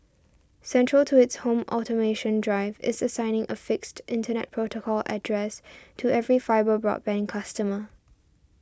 central to its home automation drive is assigning a fixed Internet protocol address to every fibre broadband customer